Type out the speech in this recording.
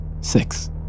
Six